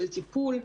של טיפול,